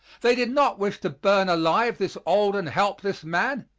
they did not wish to burn alive this old and helpless man,